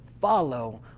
follow